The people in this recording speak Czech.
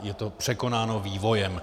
Je to překonáno vývojem.